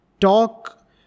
talk